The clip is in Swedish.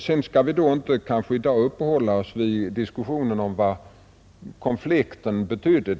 Sedan skall vi kanske inte i dag uppehålla oss vid diskussionen om vad konflikten betydde.